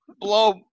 blow